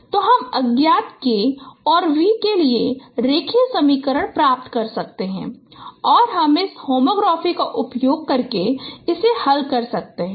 तो हम अज्ञात k और v के लिए रेखीय समीकरण प्राप्त कर सकते हैं और हम इस होमोग्राफी का उपयोग करके हल कर सकते हैं